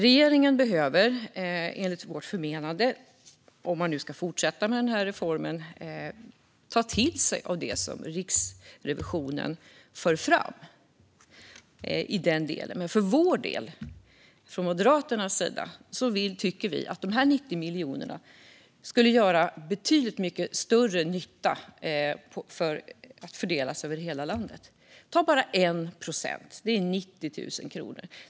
Enligt vårt förmenande behöver regeringen, om man ska fortsätta med denna reform, ta till sig av det som Riksrevisionen för fram i denna del. Men vi från Moderaterna tycker att dessa 90 miljoner kronor skulle göra betydligt mycket större nytta om de fördelades över hela landet. 1 procent av detta är 90 000 kronor.